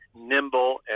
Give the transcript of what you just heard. nimble